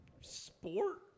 sport